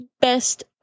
best